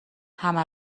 همه